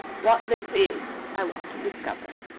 what this is i want to discover.